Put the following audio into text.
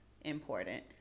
important